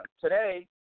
today